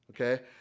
okay